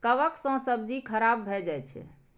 कवक सं सब्जी खराब भए जाइ छै